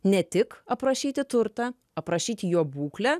ne tik aprašyti turtą aprašyti jo būklę